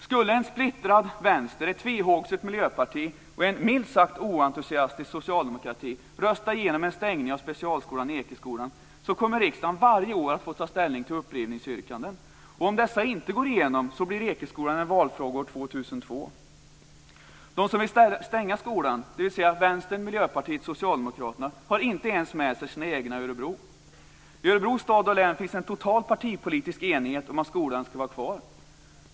Skulle en splittrad vänster, ett tvehågset miljöparti och en minst sagt oentusiastisk socialdemokrati rösta igenom en stängning av specialskolan Ekeskolan kommer riksdagen varje år att få ta ställning till upprivningsyrkanden. Om dessa inte går igenom blir De som vill stänga skolan - dvs. Vänstern, Miljöpartiet och Socialdemokraterna - har inte ens med sig sina egna i Örebro. I Örebro stad och län finns en total politisk enighet om att skolan ska vara kvar.